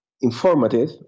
informative